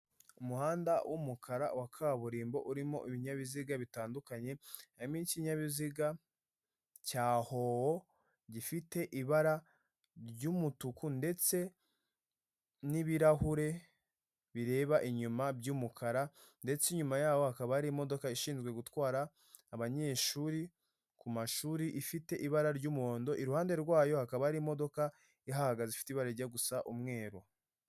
Umuhanda w'umukara wa kaburimbo urimo ibinyabiziga bitandukanye, harimo ikinyabiziga cya howo gifite ibara ry'umutuku ndetse, n'ibirahure bireba inyuma by'umukara, ndetse inyuma yaho hakaba hari imodoka ishinzwe gutwara abanyeshuri ku mashuri, ifite ibara ry'umuhondo iruhande rwayo hakaba hari imodoka ihahagaze ifite ibara rijya gusa umweru.